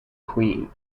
queen